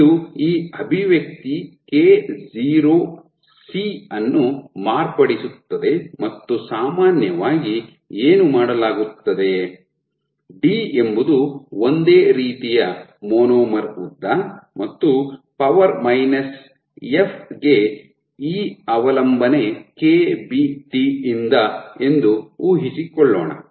ಇದು ಈ ಅಭಿವ್ಯಕ್ತಿ k0C ಅನ್ನು ಮಾರ್ಪಡಿಸುತ್ತದೆ ಮತ್ತು ಸಾಮಾನ್ಯವಾಗಿ ಏನು ಮಾಡಲಾಗುತ್ತದೆ ಡಿ ಎಂಬುದು ಒಂದೇ ರೀತಿಯ ಮಾನೋಮರ್ ಉದ್ದ ಮತ್ತು ಪವರ್ ಮೈನಸ್ f ಗೆ e ಘಾತೀಯ ಅವಲಂಬನೆ KBT ಯಿಂದ ಎಂದು ಊಹಿಸಿಕೊಳ್ಳೋಣ